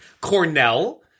Cornell